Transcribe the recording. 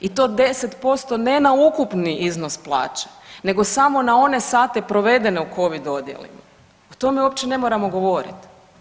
I to 10% ne na ukupni iznos plaće nego samo na one sate provedene u Covid odjelima, o tome uopće ne moramo govorit.